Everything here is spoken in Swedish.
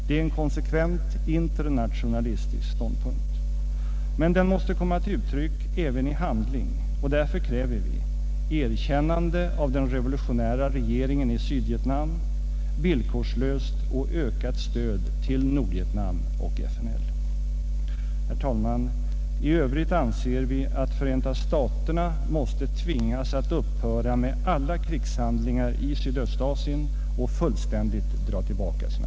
Det är en konsekvent internationalistisk ståndpunkt. Men den måste komma till uttryck även i handling, och därför kräver vi erkännande av den revolutionära regeringen i Sydvietnam och villkorslöst och ökat stöd till Nordvietnam och FNL. I övrigt anser vi att Förenta staterna måste tvingas att upphöra med alla krigshandlingar i Sydöstasien och fullständigt dra tillbaka sina